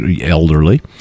elderly